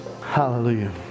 hallelujah